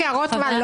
סנאט,